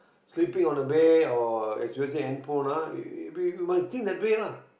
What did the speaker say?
sleeping on the bed or especially hand phone uh i~ you you must think that way lah